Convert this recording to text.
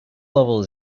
level